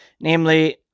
namely